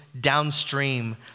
downstream